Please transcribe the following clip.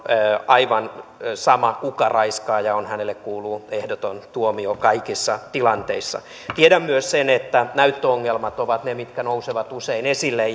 aivan sama kuka raiskaaja on hänelle kuuluu ehdoton tuomio kaikissa tilanteissa tiedän myös sen että näyttöongelmat ovat ne mitkä nousevat usein esille